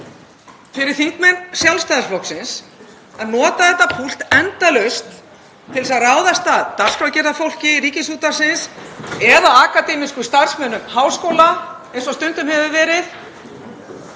fyrir þingmenn Sjálfstæðisflokksins að nota þetta púlt endalaust til að ráðast að dagskrárgerðarfólki Ríkisútvarpsins eða akademískum starfsmönnum háskóla eins og stundum hefur verið